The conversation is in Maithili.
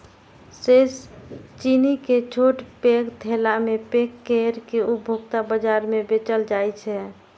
शेष चीनी कें छोट पैघ थैला मे पैक कैर के उपभोक्ता बाजार मे बेचल जाइ छै